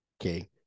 okay